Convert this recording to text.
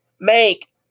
make